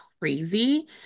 crazy